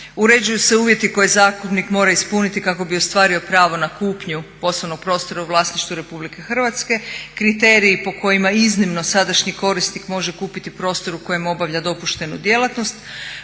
Uređuju se uvjeti koje zakupnik mora ispuniti kako bi ostvario pravo na kupnju poslovnog prostora u vlasništvu RH, kriteriji po kojima iznimno sadašnji korisnik može kupiti prostor u kojem obavlja dopuštenu djelatnost,